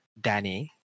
Danny